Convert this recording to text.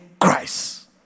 Christ